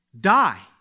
die